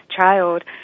child